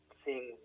seeing